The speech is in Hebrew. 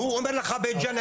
הוא אומר לך בית ג'ן,